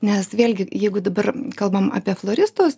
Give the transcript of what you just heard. nes vėlgi jeigu dabar kalbam apie floristus